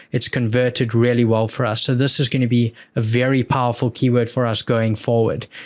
it's converted really well for us. so, this is going to be a very powerful keyword for us going forward.